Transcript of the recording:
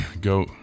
go